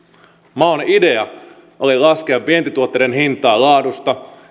maon idea oli laskea vientituotteiden hintaa laadusta